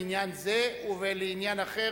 לעניין זה ולעניין אחר,